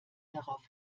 darauf